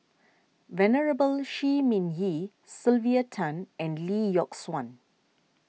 Venerable Shi Ming Yi Sylvia Tan and Lee Yock Suan